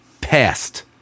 passed